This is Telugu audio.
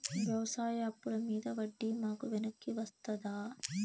వ్యవసాయ అప్పుల మీద వడ్డీ మాకు వెనక్కి వస్తదా?